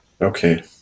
Okay